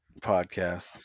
podcast